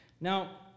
Now